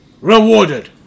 rewarded